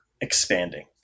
expanding